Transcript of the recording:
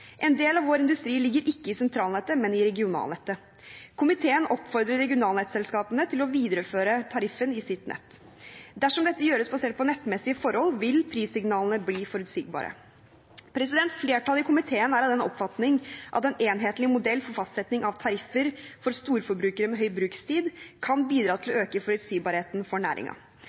En del av vår industri ligger ikke i sentralnettet, men i regionalnettet. Komiteen oppfordrer regionalnettselskapene til å videreføre tariffen i sitt nett. Dersom dette gjøres basert på nettmessige forhold, vil prissignalene bli forutsigbare. Flertallet i komiteen er av den oppfatning at en enhetlig modell for fastsetting av tariffer for storforbrukere med høy brukstid kan bidra til